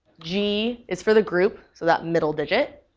g is for the group, so that middle digit.